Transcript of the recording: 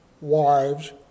wives